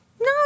No